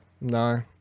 no